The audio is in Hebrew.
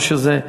או שזה,